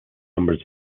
numbers